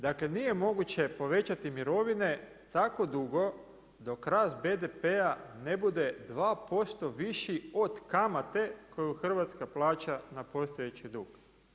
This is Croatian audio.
Dakle, nije moguće povećati mirovine tako dugo dok rast BDP-a ne bude 2% viši od kamate koju Hrvatska plaća na postojeći dug.